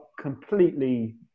completely